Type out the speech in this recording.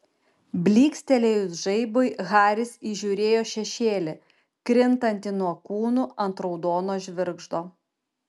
blykstelėjus žaibui haris įžiūrėjo šešėlį krintantį nuo kūnų ant raudono žvirgždo